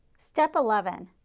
step eleven,